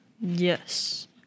Yes